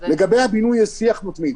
לגבי הבינוי יש שיח מתמיד.